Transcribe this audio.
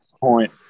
point